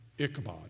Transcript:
Ichabod